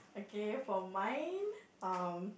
okay for mine um